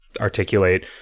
articulate